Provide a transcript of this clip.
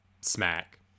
smack